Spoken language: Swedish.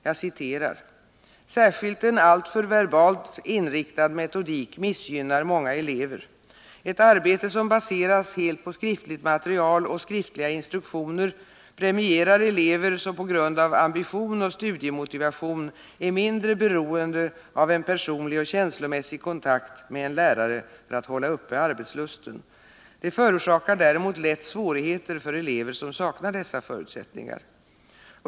Jag citerar: ”Särskilt en alltför verbalt inriktad metodik missgynnar många elever. Ett arbete som baseras helt på skriftligt material och skriftliga instruktioner premierar elever, som på grund av ambition och studiemotivation är mindre beroende av en personlig och känslomässig kontakt med en lärare för att hålla uppe arbetslusten. Det förorsakar däremot lätt svårigheter för elever som saknar dessa förutsättningar.